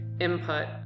input